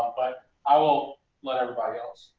but i will let everybody else.